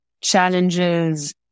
challenges